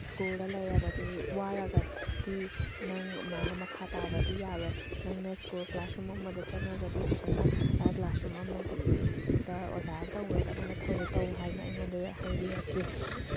ꯁ꯭ꯀꯨꯜꯗ ꯂꯩꯔꯕꯗꯤ ꯋꯥꯔꯒꯗꯤ ꯅꯪ ꯑꯗꯨꯃꯥꯏꯅ ꯃꯈꯥ ꯇꯥꯕꯗꯤ ꯌꯥꯔꯣꯏ ꯅꯪꯅ ꯁ꯭ꯀꯨꯜ ꯀ꯭ꯂꯥꯁꯔꯨꯝ ꯑꯃꯗ ꯆꯪꯉꯒꯗꯤ ꯐꯖꯅ ꯀ꯭ꯂꯥꯁꯔꯨꯝ ꯑꯃꯒꯤ ꯗ ꯑꯣꯖꯥꯅ ꯇꯧꯒꯗꯕ ꯅꯊꯧꯗꯨ ꯇꯧ ꯍꯥꯏꯅ ꯑꯩꯉꯣꯟꯗ ꯍꯥꯏꯕꯤꯔꯛꯈꯤ